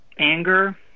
anger